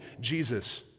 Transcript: Jesus